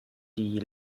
die